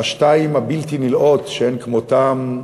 לשתיים הבלתי-נלאות שאין כמותן,